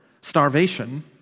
starvation